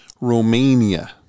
Romania